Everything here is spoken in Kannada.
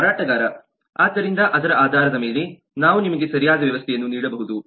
ಮಾರಾಟಗಾರ ಆದ್ದರಿಂದ ಅದರ ಆಧಾರದ ಮೇಲೆ ನಾವು ನಿಮಗೆ ಸರಿಯಾದ ವ್ಯವಸ್ಥೆಯನ್ನು ನೀಡಬಹುದು